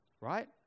right